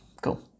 cool